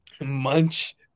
Munch